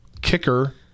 kicker